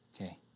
Okay